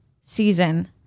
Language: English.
season